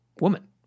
woman